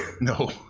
No